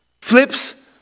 flips